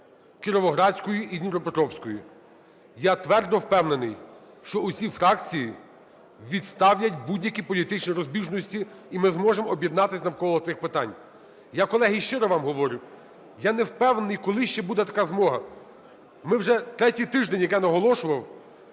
Кіровоградської і Дніпропетровської. Я твердо впевнений, що усі фракції відставлять будь-які політичні розбіжності, і ми зможемо об'єднатися навколо цих питань. Я, колеги, щиро вам говорю, я не впевнений, коли ще буде така змога, ми вже третій тиждень, як я наголошував,